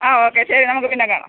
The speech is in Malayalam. ആ ഓക്കെ ശരി നമുക്ക് പിന്നെ കാണാം